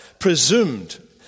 Presumed